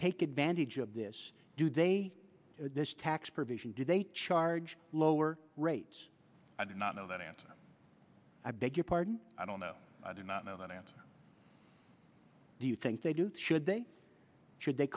take advantage of this do they this tax provision do they charge lower rates i do not know that and i beg your pardon i don't know i do not know that answer do you think they do should they should they